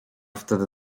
wtedy